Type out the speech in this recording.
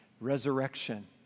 resurrection